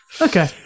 okay